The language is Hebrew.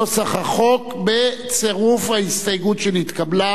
נוסח החוק בצירוף ההסתייגות שנתקבלה.